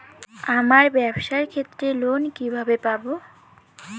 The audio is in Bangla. আমার ব্যবসার ক্ষেত্রে লোন কিভাবে পাব?